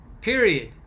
Period